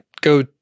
go